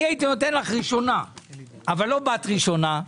אני הייתי נותן לך לדבר ראשונה אבל לא באת ראשונה.